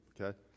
okay